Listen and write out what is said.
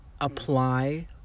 apply